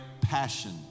passion